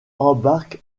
embarque